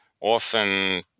often